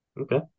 Okay